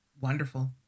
wonderful